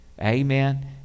Amen